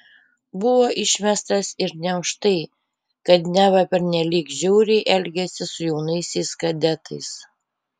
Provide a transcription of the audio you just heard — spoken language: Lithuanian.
buvo išmestas ir ne už tai kad neva pernelyg žiauriai elgėsi su jaunaisiais kadetais